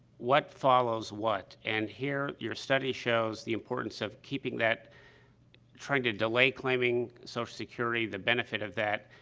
what follows what? and here, your study shows the importance of keeping that trying to delay claiming social security, the benefit of that,